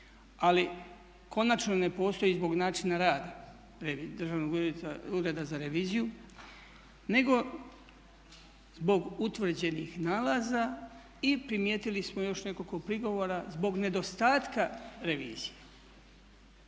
ali konačno ne postoji zbog načina rada Državnog ureda za reviziju nego zbog utvrđenih nalaza i primijetili smo još nekoliko prigovora zbog nedostatka revizije.